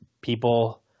people